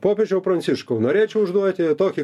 popiežiau pranciškau norėčiau užduoti tokį